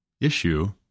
issue